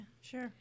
sure